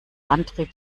antrieb